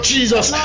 Jesus